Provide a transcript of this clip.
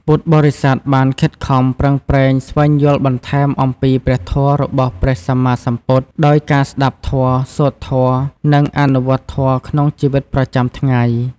ពុទ្ធបរិស័ទបានខិតខំប្រឹងប្រែងស្វែងយល់បន្ថែមអំពីព្រះធម៌របស់ព្រះសម្មាសម្ពុទ្ធ ដោយការស្តាប់ធម៌ សូត្រធម៌ និងអនុវត្តធម៌ក្នុងជីវិតប្រចាំថ្ងៃ។